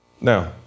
Now